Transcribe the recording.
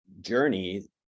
journey